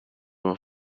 بوم